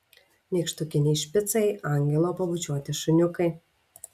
nykštukiniai špicai angelo pabučiuoti šuniukai